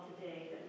today